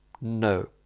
No